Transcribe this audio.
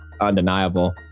undeniable